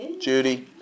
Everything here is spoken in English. Judy